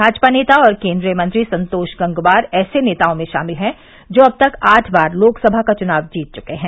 भाजपा नेता और केन्द्रीय मंत्री संतोष गंगवार ऐसे नेताओं में शामिल है जो अब तक आठ बार लोकसभा का चुनाव जीत चुके हैं